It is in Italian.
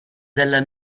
dalla